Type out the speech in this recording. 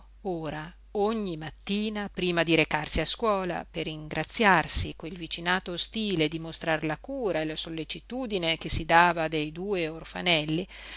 ora ogni mattina prima di recarsi a scuola per ingraziarsi quel vicinato ostile e dimostrar la cura e la sollecitudine che si dava de due orfanelli